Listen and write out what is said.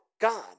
God